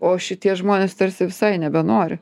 o šitie žmonės tarsi visai nebenori